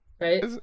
Right